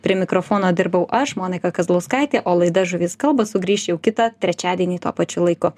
prie mikrofono dirbau aš monika kazlauskaitė o laida žuvys kalba sugrįš jau kitą trečiadienį tuo pačiu laiku